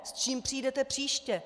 S čím přijdete příště?